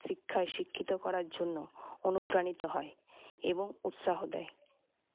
শিক্ষায় শিক্ষিত করার জন্য অনুপ্রাণিত হয় এবং উৎসাহ দেয়